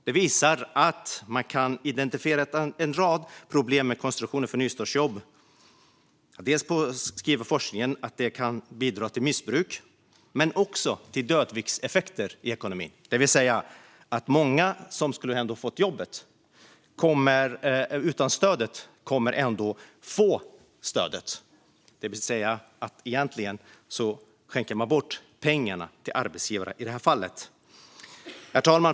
De visar att man kan identifiera en rad problem med konstruktionen för nystartsjobb. Forskningen skriver att det kan bidra till missbruk men också till dödviktseffekter i ekonomin. Många som ändå skulle ha fått jobbet utan stödet kommer ändå att få stödet. Egentligen skänker man bort pengarna till arbetsgivarna i det fallet. Herr talman!